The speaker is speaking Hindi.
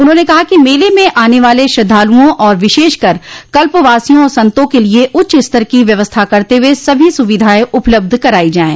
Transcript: उन्होंने कहा कि मेले में आने वाले श्रद्वालुओं और विशेषकर कल्पवासियों और संतों के लिये उच्चस्तर की व्यवस्था करते हुए सभी सुविधाएं उपलब्ध कराई जाये